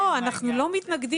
לא, אנחנו לא מתנגדים.